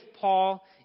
Paul